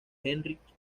heinrich